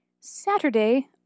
Saturday